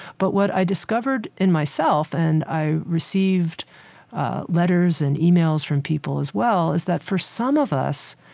but what i discovered in myself and i received letters and emails from people as well is that, for some of us,